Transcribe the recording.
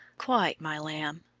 quite, my lamb,